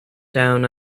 down